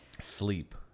sleep